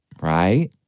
right